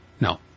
No